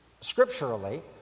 scripturally